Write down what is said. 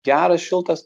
geras šiltas